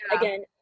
again